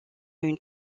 une